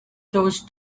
those